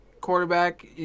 quarterback